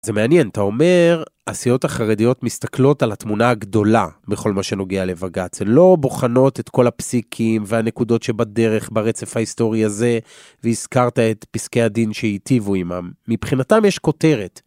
זה מעניין. אתה אומר, הסיעות החרדיות מסתכלות על התמונה הגדולה בכל מה שנוגע לבג"ץ, הן לא בוחנות את כל הפסיקים והנקודות שבדרך, ברצף ההיסטורי הזה, והזכרת את פסקי הדין שהטיבו עמם. מבחינתם יש כותרת.